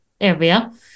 area